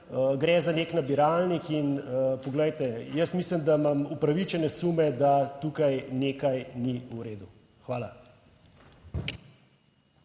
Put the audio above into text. gre za nek nabiralnik. In poglejte, jaz mislim, da imam upravičene sume, da tukaj nekaj ni v redu. Hvala.